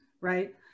right